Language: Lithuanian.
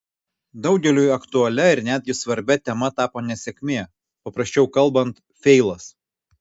daugeliui aktualia ir netgi svarbia tema tapo nesėkmė paprasčiau kalbant feilas